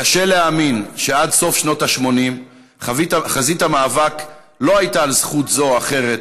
קשה להאמין שעד סוף שנות ה-80 חזית המאבק לא הייתה על זכות זו או אחרת